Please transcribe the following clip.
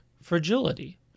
fragility